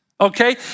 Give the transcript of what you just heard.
Okay